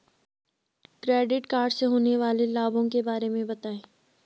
Credit card से होने वाले लाभों के बारे में बताएं?